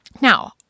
Now